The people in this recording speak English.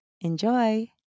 Enjoy